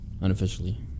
unofficially